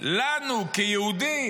לנו כיהודים,